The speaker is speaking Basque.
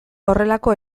horrelako